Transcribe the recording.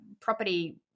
property